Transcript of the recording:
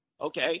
okay